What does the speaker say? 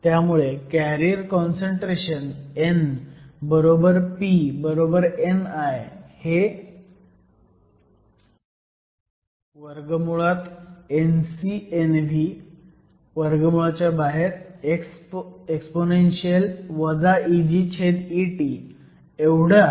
त्यामुळे carrier concentration n p ni हे NcNvexp EgkT एवढं आहे